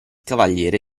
cavaliere